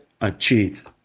Achieve